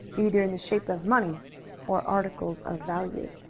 either in the shape of money or articles of value.